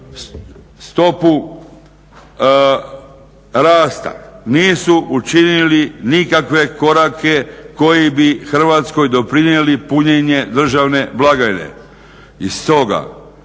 stopu rasta, nisu učinili nikakve korake koji bi Hrvatskoj doprinijeli punjenje državne blagajne.